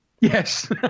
Yes